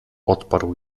odparł